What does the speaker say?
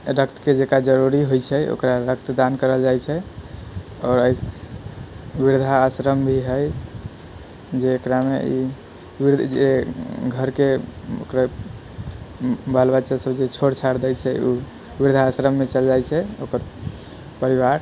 रक्तके जकरा जरुरी हैय छै ओकरा रक्तदान करल जाइ छै आओर वृद्धाआश्रम भी हैय जकरामे ई जे घरके बाल बच्चा सब जे छोड़ि छाड़ि दै छै ओ वृद्धाआश्रममे चलि जाइ छै ओकर परिवार